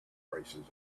prices